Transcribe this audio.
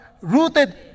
Rooted